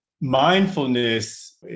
Mindfulness